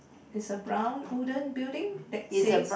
there's a brown wooden building that says